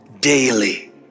Daily